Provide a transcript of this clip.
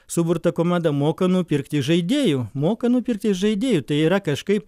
suburtą komandą moka nupirkti žaidėjų moka nupirkti žaidėjų tai yra kažkaip